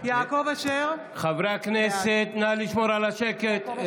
יעקב אשר, בעד חברי הכנסת, נא לשמור על השקט.